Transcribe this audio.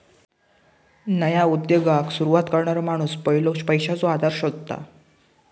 नया उद्योगाक सुरवात करणारो माणूस पयलो पैशाचो आधार शोधता